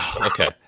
Okay